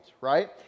right